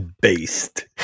Based